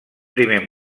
primer